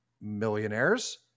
millionaires